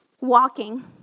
walking